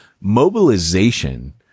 mobilization